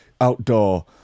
outdoor